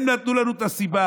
הם נתנו לנו את הסיבה.